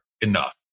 enough